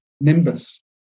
Nimbus